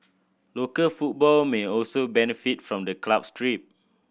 local football may also benefit from the club's trip